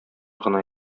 гына